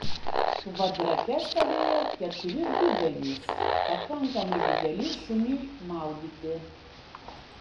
kvadrate stovėjo keturi dubenys pakankamai dideli šuniui maudyti